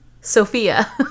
Sophia